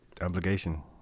obligation